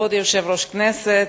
כבוד יושב-ראש הכנסת,